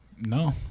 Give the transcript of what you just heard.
No